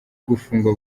gufungwa